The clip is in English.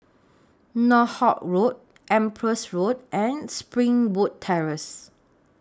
Northolt Road Empress Road and Springwood Terrace